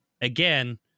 Again